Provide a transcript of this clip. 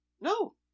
No